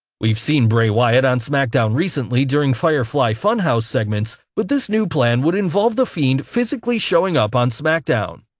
we've seen bray wyatt on smackdown recently during firefly fun house segments, but this new plan would involve the fiend physically showing up on smackdown.